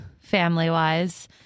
family-wise